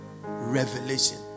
revelation